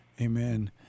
Amen